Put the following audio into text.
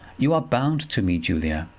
you are bound to me, julia.